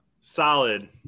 solid